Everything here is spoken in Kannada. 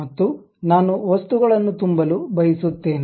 ಮತ್ತು ನಾನು ವಸ್ತುಗಳನ್ನು ತುಂಬಲು ಬಯಸುತ್ತೇನೆ